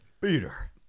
peter